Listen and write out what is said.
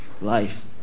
life